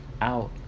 out